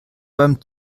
beim